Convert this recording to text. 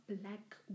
black